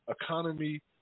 economy